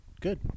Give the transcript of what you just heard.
good